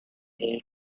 hate